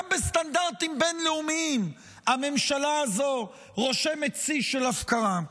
גם בסטנדרטים בין-לאומיים הממשלה הזו רושמת שיא של הפקרה.